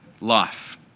life